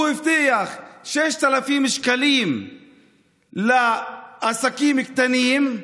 הוא הבטיח 6,000 שקלים לעסקים הקטנים,